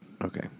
Okay